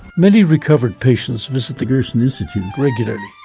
many recovered patients visit the gerson institute regularly,